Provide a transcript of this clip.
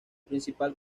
principal